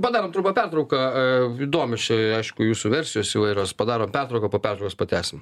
padarom trumpą pertrauką įdomios čia aišku jūsų versijos įvairios padarom pertrauką po pertraukos pratęsim